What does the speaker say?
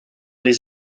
les